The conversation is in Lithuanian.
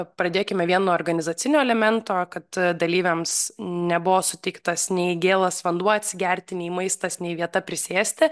pradėkime vien nuo organizacinio elemento kad dalyviams nebuvo suteiktas nei gėlas vanduo atsigerti nei maistas nei vieta prisėsti